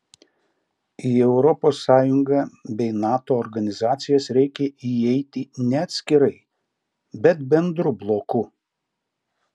į europos sąjungą bei nato organizacijas reikia įeiti ne atskirai bet bendru bloku